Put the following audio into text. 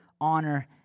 honor